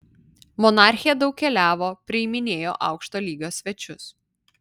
monarchė daug keliavo priiminėjo aukšto lygio svečius